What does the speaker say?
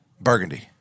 Burgundy